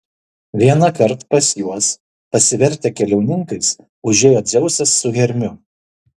vienąkart pas juos pasivertę keliauninkais užėjo dzeusas su hermiu